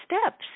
steps